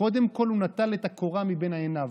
קודם כול הוא נטל את הקורה מבין עיניו,